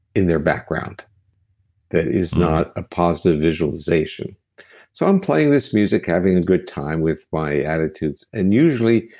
in their background that is not a positive visualization so i'm playing this music, having a good time with my attitudes, and usually,